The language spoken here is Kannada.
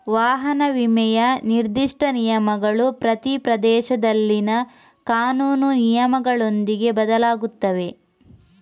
ವಾಹನ ವಿಮೆಯ ನಿರ್ದಿಷ್ಟ ನಿಯಮಗಳು ಪ್ರತಿ ಪ್ರದೇಶದಲ್ಲಿನ ಕಾನೂನು ನಿಯಮಗಳೊಂದಿಗೆ ಬದಲಾಗುತ್ತವೆ